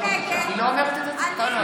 אני נגד, היא לא אומרת את ההצבעה.